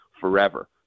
forever